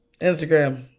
Instagram